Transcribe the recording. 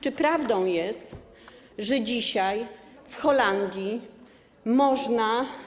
Czy prawdą jest, że dzisiaj w Holandii można.